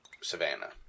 Savannah